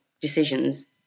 decisions